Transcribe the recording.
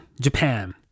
Japan